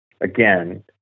again